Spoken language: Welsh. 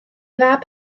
fab